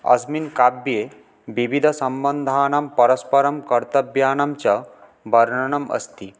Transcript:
अस्मिन् काव्ये विविधसम्बन्धानां परस्परं कर्तव्यानाञ्च वर्णनम् अस्ति